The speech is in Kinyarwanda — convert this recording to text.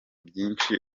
byinshi